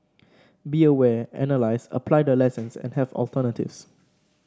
be aware analyse apply the lessons and have alternatives